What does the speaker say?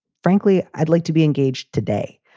frankly, i'd like to be engaged today,